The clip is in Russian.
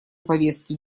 повестки